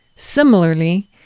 Similarly